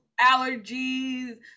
allergies